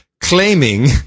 claiming